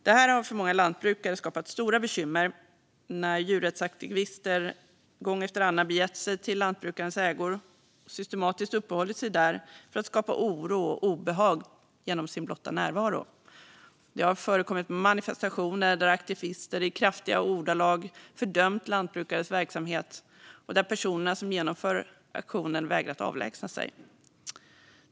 Detta har för många lantbrukare skapat stora bekymmer när djurrättsaktivister gång efter annan begett sig till lantbrukares ägor och systematiskt uppehållit sig där för att skapa oro och obehag genom sin blotta närvaro. Det har förekommit manifestationer där aktivister i kraftiga ordalag fördömt lantbrukares verksamhet och där de personer som har genomfört aktionen vägrat att avlägsna sig.